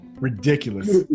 Ridiculous